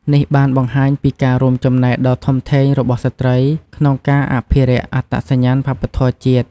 នេះបានបង្ហាញពីការរួមចំណែកដ៏ធំធេងរបស់ស្ត្រីក្នុងការអភិរក្សអត្តសញ្ញាណវប្បធម៌ជាតិ។